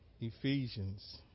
Ephesians